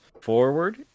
forward